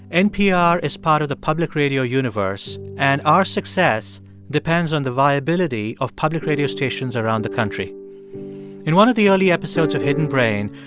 npr is part of the public radio universe, and our success depends on the viability of public radio stations around the country in one of the early episodes of hidden brain,